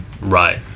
Right